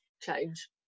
change